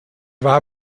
war